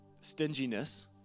stinginess